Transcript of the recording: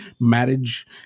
marriage